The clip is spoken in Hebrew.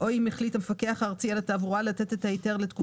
באישור המפקח הארצי על התעבורה ובהתאם לתנאיו.